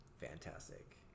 Fantastic